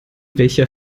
welcher